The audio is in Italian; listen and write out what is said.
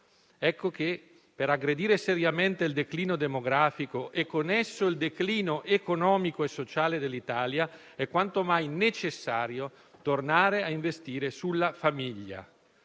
Ecco che, per aggredire seriamente il declino demografico e con esso il declino economico e sociale dell'Italia, è quanto mai necessario tornare a investire sulla famiglia.